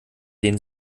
denen